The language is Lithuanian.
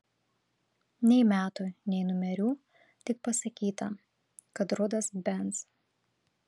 nei metų nei numerių tik pasakyta kad rudas benz